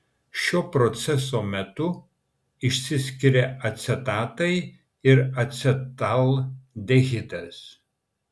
šio proceso metu išsiskiria acetatai ir acetaldehidas